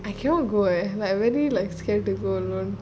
I cannot go eh like I very like scared to go alone